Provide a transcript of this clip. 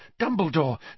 Dumbledore